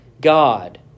God